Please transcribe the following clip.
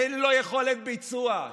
אין לו יכולת ביצוע.